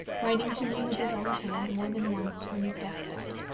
writing to me with his own hand more than once from his death-bed.